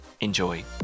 Enjoy